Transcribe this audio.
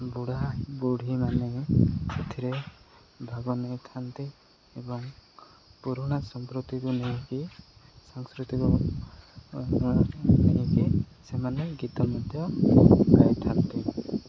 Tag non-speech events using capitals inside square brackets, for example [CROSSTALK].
ବୁଢ଼ା ବୁଢ଼ୀମାନେ ସେଥିରେ ଭାଗ ନେଇଥାନ୍ତି ଏବଂ ପୁରୁଣା [UNINTELLIGIBLE] ନେଇକି ସାଂସ୍କୃତିକ ନେଇକି ସେମାନେ ଗୀତ ମଧ୍ୟ ଗାଇଥାନ୍ତି